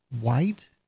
white